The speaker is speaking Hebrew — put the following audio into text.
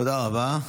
תודה רבה.